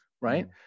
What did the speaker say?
right